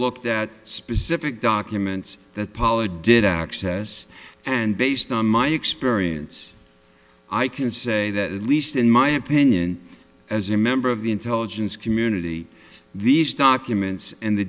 looked at specific documents that pollard did access and based on my experience i can say that at least in my opinion as a member of the intelligence community these documents and the